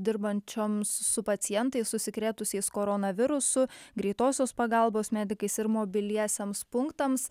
dirbančioms su pacientais užsikrėtusiais koronavirusu greitosios pagalbos medikais ir mobiliesiems punktams